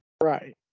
Right